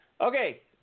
Okay